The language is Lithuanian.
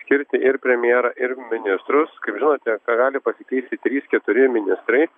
skirti ir premjerą ir ministrus kaip žinote ką gali pasikeisti trys keturi ministrai